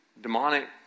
demonic